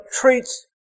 treats